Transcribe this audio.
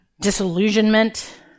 disillusionment